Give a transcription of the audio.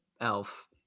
ELF